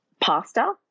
pasta